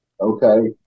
Okay